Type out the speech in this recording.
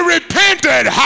repented